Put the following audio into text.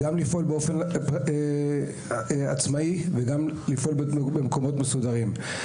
גם לפעול באופן עצמאי וגם במקומות מסודרים.